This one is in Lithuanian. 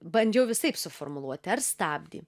bandžiau visaip suformuluoti ar stabdį